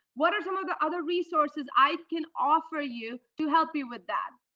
what are some of the other resources i can offer ah you to help you with that?